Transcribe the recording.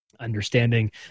understanding